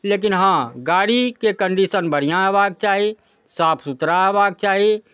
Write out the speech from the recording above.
लेकिन हँ गाड़ीके कन्डीशन बढ़िआँ हेबाक चाही साफ सुथरा हेबाक चाही